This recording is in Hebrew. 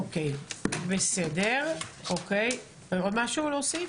יש עוד משהו להוסיף?